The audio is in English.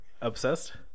Obsessed